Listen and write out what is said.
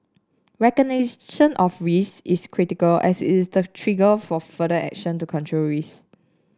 recognition of risks is critical as it's the trigger for further action to control risks